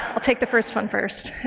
i'll take the first one first.